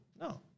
No